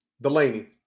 Delaney